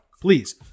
please